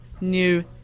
new